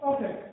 Okay